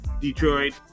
Detroit